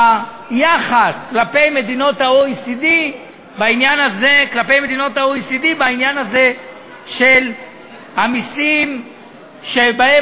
ביחס כלפי מדינות ה-OECD בעניין הזה של המסים שבהם